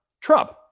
Trump